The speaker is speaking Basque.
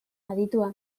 aditua